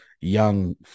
young